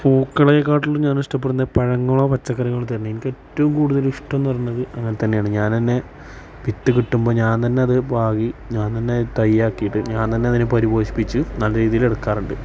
പൂക്കളേക്കാളും ഞാൻ ഇഷ്ടപ്പെടുന്ന പഴങ്ങളോ പച്ചക്കറികളോ തന്നെ എനിക്ക് ഏറ്റവും കൂടുതൽ ഇഷ്ടം എന്ന് പറയുന്നത് അങ്ങനെ തന്നെയാണ് ഞാൻ തന്നെ വിത്ത് കിട്ടുമ്പോൾ ഞാൻ തന്നെ അത് പാകി ഞാൻ തന്നെ തൈയാക്കിയിട്ട് ഞാൻ തന്നെ അതിനെ പരിപോഷിപ്പിച്ച് നല്ല രീതിയിൽ എടുക്കാറുണ്ട്